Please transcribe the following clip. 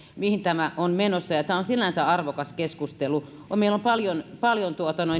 mihin tämä on menossa tämä on sinänsä arvokas keskustelu meillä on paljon paljon